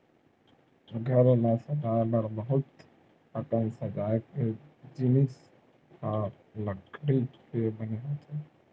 घर ल सजाए बर बहुत अकन सजाए के जिनिस ह लकड़ी के बने होथे